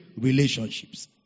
relationships